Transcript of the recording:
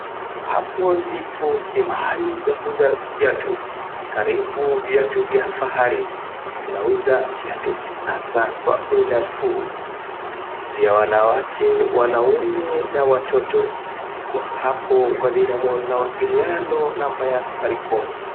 Hapo ndipo ni mahali ya kuuza viatu, karibu viatu vya fahari. Tunauza viatu kisasa kwa bei nafuu, vya wanawake, wanaume na watoto. Tuko hapo Madina Mall, mawasiliano namba ya Safaricom.